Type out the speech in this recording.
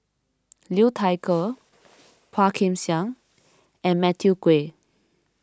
Liu Thai Ker Phua Kin Siang and Matthew Ngui